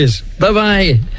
Bye-bye